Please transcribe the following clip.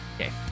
Okay